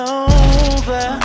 over